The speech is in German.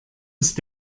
ist